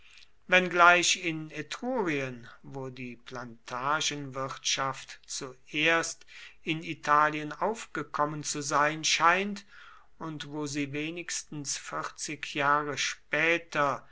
wenngleich in etrurien wo die plantagenwirtschaft zuerst in italien aufgekommen zu sein scheint und wo sie wenigstens vierzig jahre später